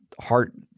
heart